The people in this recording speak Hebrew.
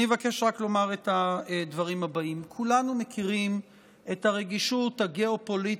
אני מבקש רק לומר את הדברים האלה: כולנו מכירים את הרגישות הגיאו-פוליטית